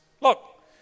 Look